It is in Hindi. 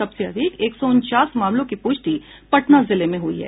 सबसे अधिक एक सौ उनचास मामलों की प्रष्टि पटना जिले में हुई है